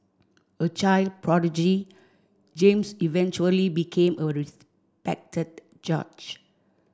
a child prodigy James eventually became a respected judge